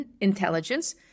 intelligence